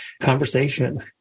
conversation